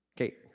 Okay